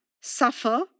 suffer